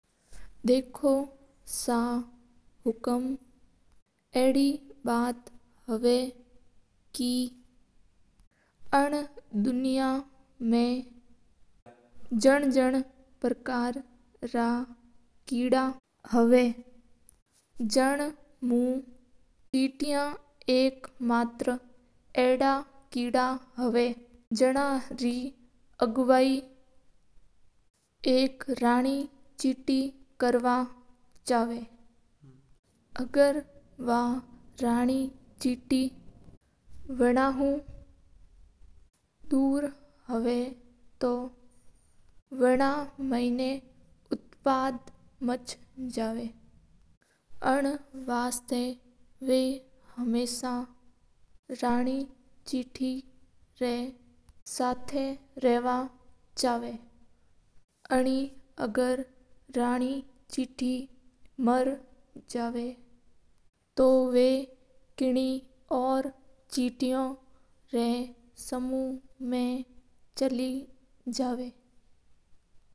देखो सा हुकम इन दुनिया मा जन-जन प्रकार रा केड़ा हवे जण मू चेत्या अक पार्कर रे हवे जण रे अगवाई अक रानी वातावरण ने चेवा हा। आहर वा रानी चाहती वणु दूर हो जवा तो वना रा मैन उत्पाद मच जवा इन वास्ता वा रानी चाहती रा सगा रानी चेवा हा।